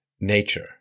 nature